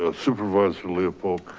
ah supervisor leopold.